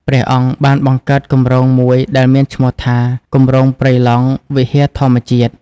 ព្រះអង្គបានបង្កើតគម្រោងមួយដែលមានឈ្មោះថា "គម្រោងព្រៃឡង់វិហារធម្មជាតិ"។